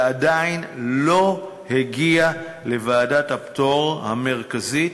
ועדיין לא הגיע לוועדת הפטור המרכזית,